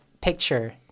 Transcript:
picture